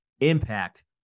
impact